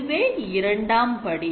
இதுவே இரண்டாம் படி